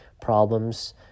problems